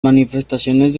manifestaciones